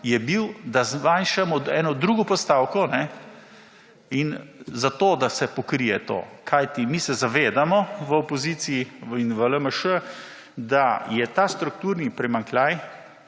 je bil, da zmanjšamo eno drugo postavko in zato, da se pokrije to. Kajti, mi se zavedamo v opoziciji in v LMŠ, da je ta strukturni primanjkljaj